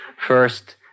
First